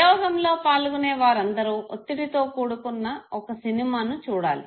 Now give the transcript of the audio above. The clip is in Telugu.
ప్రయోగంలో పాల్గునే వారందరూ ఒత్తిడితో కూడుకున్న ఒక సినిమా చూడాలి